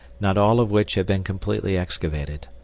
not all of which have been completely excavated.